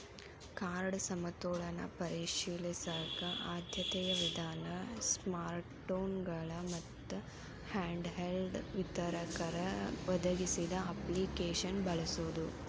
card ಸಮತೋಲನ ಪರಿಶೇಲಿಸಕ ಆದ್ಯತೆಯ ವಿಧಾನ ಸ್ಮಾರ್ಟ್ಫೋನ್ಗಳ ಮತ್ತ ಹ್ಯಾಂಡ್ಹೆಲ್ಡ್ ವಿತರಕರ ಒದಗಿಸಿದ ಅಪ್ಲಿಕೇಶನ್ನ ಬಳಸೋದ